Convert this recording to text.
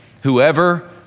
whoever